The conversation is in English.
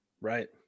Right